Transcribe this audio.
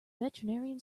veterinarian